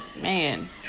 man